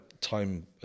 time